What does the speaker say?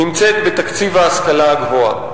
נמצאת בתקציב ההשכלה הגבוהה.